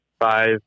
five